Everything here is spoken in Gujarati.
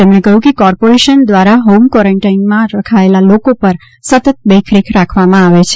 તેમણે કહ્યું કે કોર્પોરેશન દ્વારા હોમ ક્વારન્ટાઇનમાં રખાયેલા લોકો પર સતત દેખરેખ રાખવામાં આવે છે